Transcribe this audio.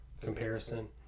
comparison